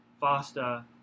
faster